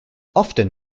often